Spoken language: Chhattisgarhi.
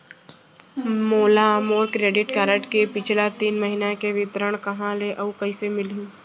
मोला मोर क्रेडिट कारड के पिछला तीन महीना के विवरण कहाँ ले अऊ कइसे मिलही?